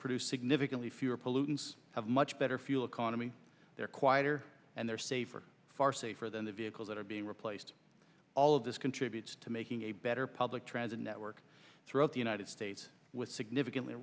produce significantly fewer pollutants have much better fuel economy they're quieter and they're safer far safer than the vehicles that are being replaced all of this contributes to making a better public transit network throughout the united states with significantly